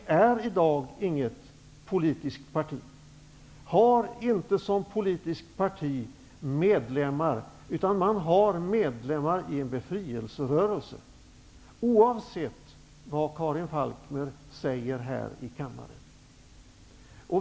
ANC är i dag inget politiskt parti och har inga medlemmar som politiskt parti. Man har medlemmar som befrielserörelse. Så är det, oavsett vad Karin Falkmer säger här i kammaren.